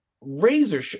razor